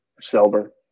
silver